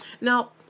Now